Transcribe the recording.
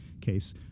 case